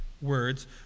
words